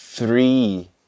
three